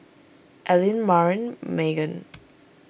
Allean Marin Magen